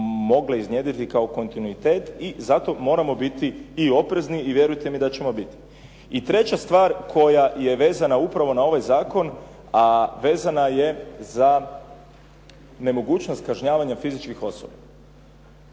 mogle iznjedriti kao kontinuitet i zato moramo biti i oprezni i vjerujte mi da ćemo biti. I treća stvar koja je vezana upravo na ovaj zakon, a vezana je za nemogućnost kažnjavanja fizičkih osoba.